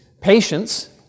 patience